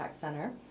Center